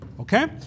okay